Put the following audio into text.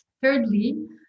Thirdly